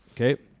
Okay